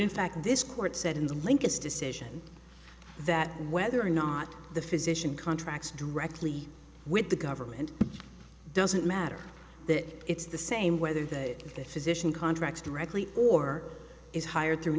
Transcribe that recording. in fact this court said in the link it's decision that whether or not the physician contracts directly with the government doesn't matter that it's the same whether that physician contracts directly or is hired through